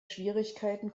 schwierigkeiten